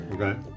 Okay